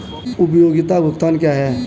उपयोगिता भुगतान क्या हैं?